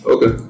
Okay